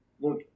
Look